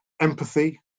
empathy